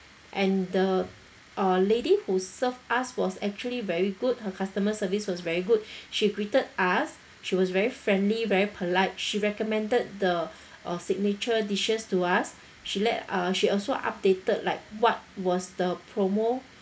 and the uh lady who served us was actually very good her customer service was very good she greeted us she was very friendly very polite she recommended the uh signature dishes to us she let uh she also updated like what was the promo